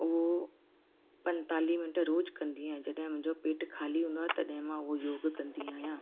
उहो पंजेतालीह मिंट रोज़ु कंदी आहियां जॾहिं मुंहिंजो पेटु ख़ाली हूंदो आहे तॾहिं मां उहो योग कंदी आहियां